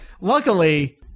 Luckily